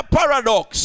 paradox